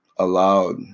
allowed